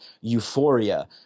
euphoria